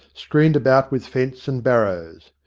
screened about with fence and barrows.